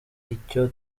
icyo